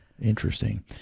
Interesting